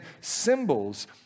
symbols